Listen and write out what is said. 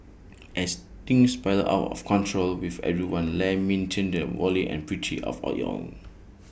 as things spiral out of control with everyone lamenting the folly and pity of all IT own